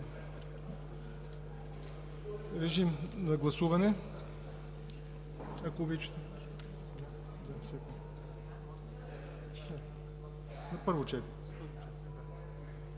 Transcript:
Режим на гласуване.